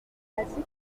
pratiquent